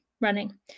running